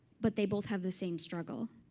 but they both have the same struggle.